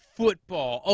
football